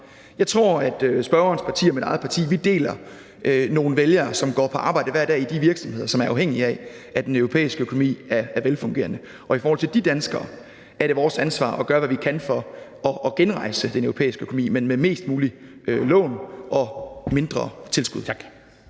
Jeg tror, at spørgerens parti og mit eget parti deler nogle vælgere, som går på arbejde hver dag i de virksomheder, som er afhængige af, at den europæiske økonomi er velfungerende, og i forhold til de danskere er det vores ansvar at gøre, hvad vi kan, for at genrejse den europæiske økonomi, men med mest muligt lån og mindre tilskud.